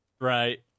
right